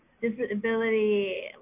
Disability